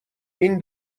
این